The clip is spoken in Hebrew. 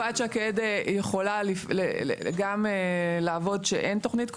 חלופת שקד יכולה גם לעבוד כשאין תוכנית כוללנית.